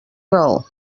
raó